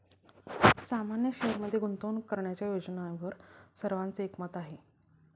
सामान्य शेअरमध्ये गुंतवणूक करण्याच्या योजनेवर सर्वांचे एकमत आहे